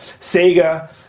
Sega